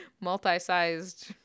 multi-sized